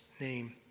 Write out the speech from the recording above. name